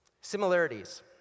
Similarities